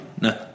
No